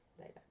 later